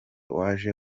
waje